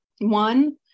One